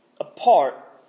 Apart